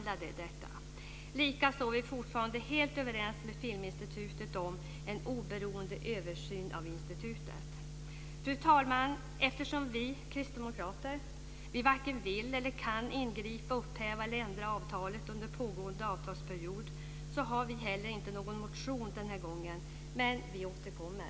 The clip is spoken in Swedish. Likaså är vi fortfarande helt överens med Filminstitutet om en oberoende översyn av institutet. Fru talman! Eftersom vi kristdemokrater varken vill eller kan ingripa, upphäva eller ändra avtalet under pågående avtalsperiod har vi heller inte någon motion den här gången. Men vi återkommer.